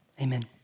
amen